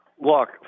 Look